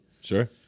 sure